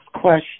question